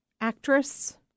actress